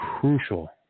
crucial